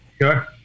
Sure